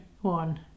one